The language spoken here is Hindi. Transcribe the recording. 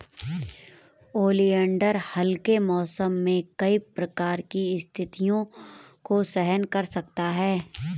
ओलियंडर हल्के मौसम में कई प्रकार की स्थितियों को सहन कर सकता है